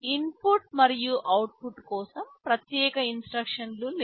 input మరియు output కోసం ప్రత్యేక ఇన్స్ట్రక్షన్లు లేవు